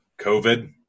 COVID